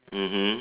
mmhmm